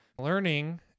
Learning